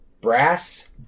Brass